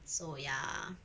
so ya